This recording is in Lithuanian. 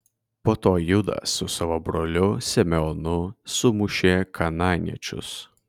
po to judas su savo broliu simeonu sumušė kanaaniečius